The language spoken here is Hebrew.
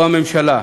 או הממשלה,